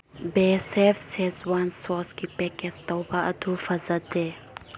ꯕꯦꯁꯦꯐ ꯁꯦꯁꯋꯥꯟ ꯁꯣꯁꯀꯤ ꯄꯦꯀꯦꯖ ꯇꯧꯕ ꯑꯗꯨ ꯐꯖꯗꯦ